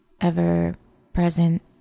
ever-present